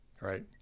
Right